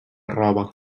roba